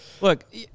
Look